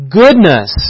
goodness